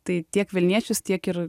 tai tiek vilniečius tiek ir